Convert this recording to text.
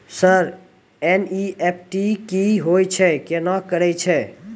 Sir NEFT की होय छै, केना करे छै?